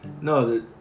No